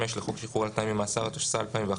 לחוק שחרור על תנאי ממאסר התשס״א 2001,